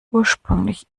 ursprünglich